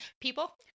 People